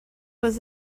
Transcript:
was